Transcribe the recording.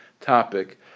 topic